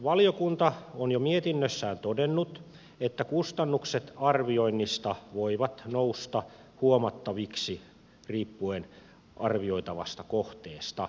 ympäristövaliokunta on jo mietinnössään todennut että kustannukset arvioinnista voivat nousta huomattaviksi riippuen arvioitavasta kohteesta